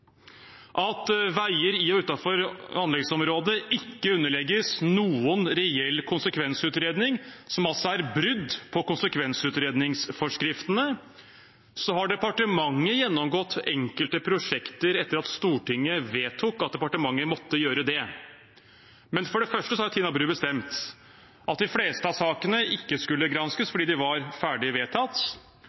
at veier i og utenfor anleggsområdet ikke underlegges noen reell konsekvensutredning, som altså er brudd på konsekvensutredningsforskriftene. Så har departementet gjennomgått enkelte prosjekter etter at Stortinget vedtok at departementet måtte gjøre det. For det første har Tina Bru bestemt at de fleste av sakene ikke skulle granskes fordi de var ferdig vedtatt.